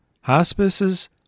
Hospices